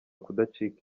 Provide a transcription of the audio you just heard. kudacika